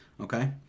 Okay